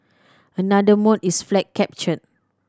another mode is flag capture